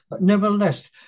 Nevertheless